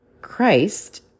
Christ